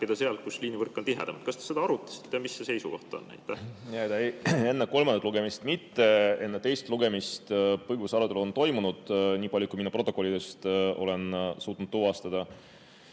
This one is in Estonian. kärpida sealt, kus liinivõrk on tihedam. Kas te seda arutasite ja mis see seisukoht on? Enne kolmandat lugemist mitte. Enne teist lugemist põgus arutelu toimus, nii palju, kui mina protokollidest olen suutnud tuvastada.